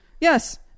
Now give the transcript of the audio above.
Yes